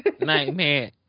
Nightmare